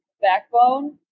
backbone